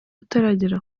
utaragera